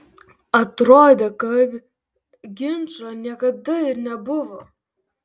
atrodė kad ginčo niekada ir nebuvo